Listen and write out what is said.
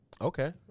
Okay